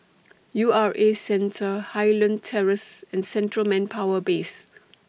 U R A Centre Highland Terrace and Central Manpower Base